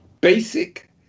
basic